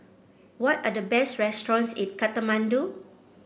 what are the best restaurants in Kathmandu